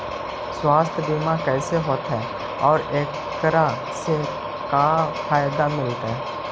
सवासथ बिमा कैसे होतै, और एकरा से का फायदा मिलतै?